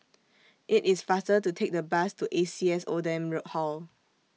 IT IS faster to Take The Bus to A C S Oldham Hall